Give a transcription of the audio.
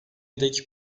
dek